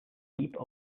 heap